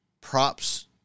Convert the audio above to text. props